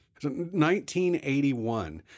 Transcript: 1981